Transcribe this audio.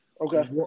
Okay